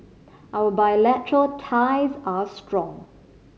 our bilateral ties are strong